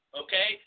okay